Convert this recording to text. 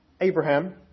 Abraham